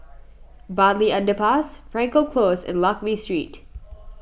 Bartley Underpass Frankel Close and Lakme Street